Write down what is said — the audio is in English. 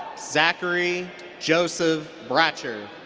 zachary joseph bratcher.